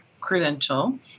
credential